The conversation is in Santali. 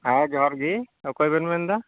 ᱦᱮᱸ ᱡᱚᱦᱟᱨ ᱜᱮ ᱚᱠᱚᱭ ᱵᱮᱱ ᱢᱮᱱ ᱮᱫᱟ